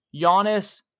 Giannis